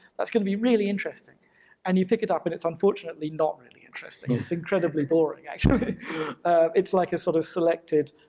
that's gonna be really interesting and you pick it up and it's unfortunately not really interesting. it's incredibly boring actually. it's like a sort of selected,